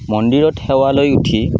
মন্দিৰত সেৱা লৈ উঠি